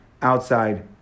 outside